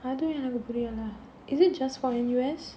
அதும் எனக்கு புரியல:adhum enakku puriyala is it just for N_U_S